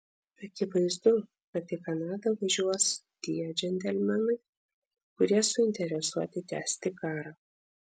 akivaizdu kad į kanadą važiuos tie džentelmenai kurie suinteresuoti tęsti karą